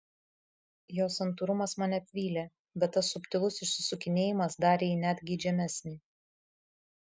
jo santūrumas mane apvylė bet tas subtilus išsisukinėjimas darė jį net geidžiamesnį